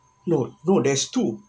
no no there's two